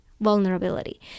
vulnerability